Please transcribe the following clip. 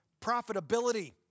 profitability